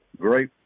great